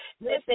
Listen